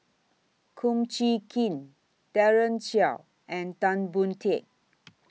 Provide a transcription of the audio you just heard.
Kum Chee Kin Daren Shiau and Tan Boon Teik